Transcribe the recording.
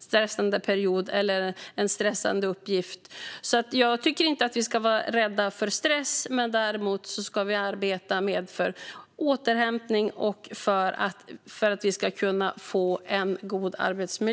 stressande period eller uppgift. Jag tycker inte att vi ska vara rädda för stress, men vi ska arbeta med återhämtning och för att få en god arbetsmiljö.